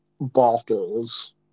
bottles